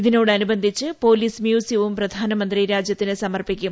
ഇതോടനുബന്ധിച്ച് പ്യോലീസ് മ്യൂസിയവും പ്രധാനമന്ത്രി രാജ്യ ത്തിന് സമർപ്പിക്കും